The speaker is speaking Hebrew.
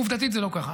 עובדתית זה לא ככה.